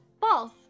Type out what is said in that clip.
false